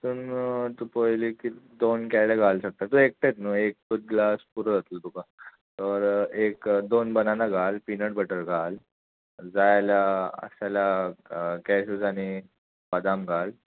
तातून तूं पयली की दोन केळे घाल शकता तूं एकठांय न्हू एकूत ग्लास पुरो जातलो तुका ओर एक दोन बनाना घाल पीनट बटर घाल जाय जाल्या आसा जाल्या कॅश्यूज आनी बदाम घाल